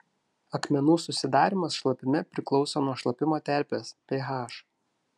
akmenų susidarymas šlapime priklauso nuo šlapimo terpės ph